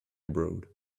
abroad